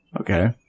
Okay